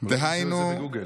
או שתמצאי את זה בגוגל.